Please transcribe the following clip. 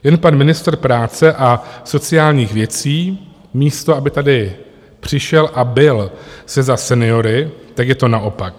Jen pan ministr práce a sociálních věcí, místo aby přišel a bil se za seniory, tak je to naopak.